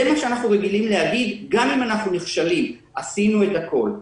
זה מה שאנחנו רגילים להגיד גם אם אנחנו נכשלים: עשינו את הכול.